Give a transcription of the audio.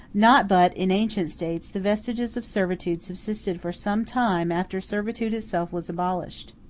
not but, in ancient states, the vestiges of servitude subsisted for some time after servitude itself was abolished.